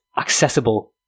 accessible